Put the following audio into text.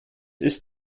ist